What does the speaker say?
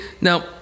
Now